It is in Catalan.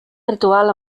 ritual